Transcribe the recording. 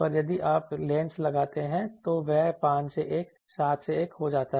पर यदि आप लेंस लगाते हैं तो वह 5 से 1 7 से 1 हो जाता है